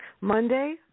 Monday